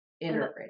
integrated